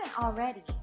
already